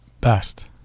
Best